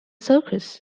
circus